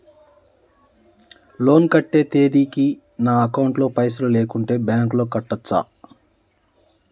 Loan కట్టే తేదీకి నా అకౌంట్ లో పైసలు లేకుంటే బ్యాంకులో కట్టచ్చా?